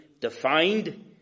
defined